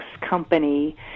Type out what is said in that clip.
company